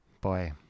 boy